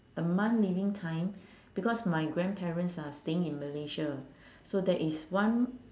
a month living time because my grandparents are staying in malaysia so there is one